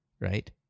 right